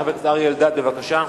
חבר הכנסת אריה אלדד, בבקשה.